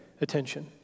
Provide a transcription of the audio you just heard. attention